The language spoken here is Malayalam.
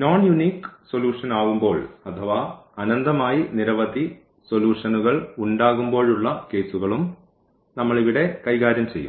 നോൺ യൂനിക് സൊലൂഷൻ ആവുമ്പോൾ അഥവാ അനന്തമായി നിരവധി സൊലൂഷൻഉകൾ ഉണ്ടാകുമ്പോഴുള്ള കേസുകളും നമ്മൾ ഇവിടെ കൈകാര്യം ചെയ്യും